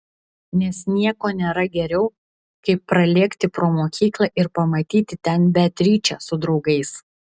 nes nieko nėra geriau kaip pralėkti pro mokyklą ir pamatyti ten beatričę su draugais